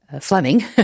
Fleming